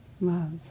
Love